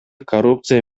коррупция